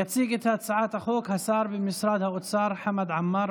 יציג את הצעת החוק השר במשרד האוצר חמד עמאר,